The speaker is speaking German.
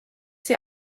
sie